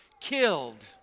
killed